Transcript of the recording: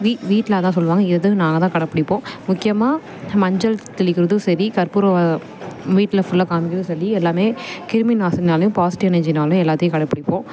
வீ வீட்டில் அதுதான் சொல்லுவாங்க இதுவும் நாங்கள் தான் கடைபிடிப்போம் முக்கியமாக மஞ்சள் தெளிக்கிறதும் சரி கற்பூரம் வீட்டில் ஃபுல்லாக காமிக்கிறதும் சரி எல்லாமே கிருமி நாசினினாலேயும் பாசிட்டிவ் எனர்ஜினாலேயும் எல்லாத்தையும் கடைபிடிப்போம்